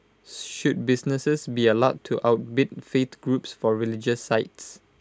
should businesses be allowed to outbid faith groups for religious sites